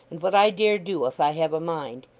and what i dare do if i have a mind.